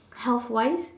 health wise